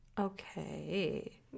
Okay